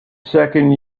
second